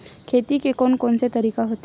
खेती के कोन कोन से तरीका होथे?